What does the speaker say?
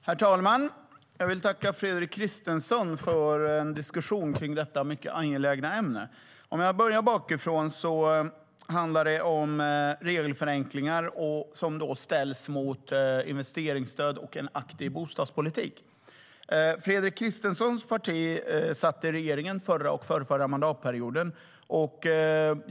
Herr talman! Jag vill tacka Fredrik Christensson för diskussionen om detta mycket angelägna ämne. För att börja från slutet handlar det om regelförenklingar som ställs mot investeringsstöd och en aktiv bostadspolitik. Fredrik Christenssons parti satt i regeringen förra och förrförra mandatperioden.